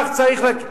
טוב שכך.